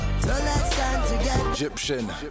Egyptian